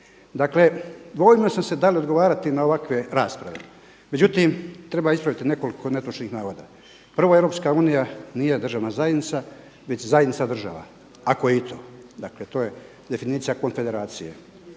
Dakle, dvojio sam se da li odgovarati na ovakve rasprave. Međutim, treba ispraviti nekoliko netočnih navoda. Prvo, Europska unija nije državna zajednica, već zajednica država ako je i to. Dakle, to je definicija konfederacije.